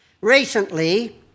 Recently